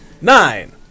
nine